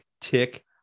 Tick